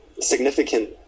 significant